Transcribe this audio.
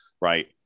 right